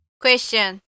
Question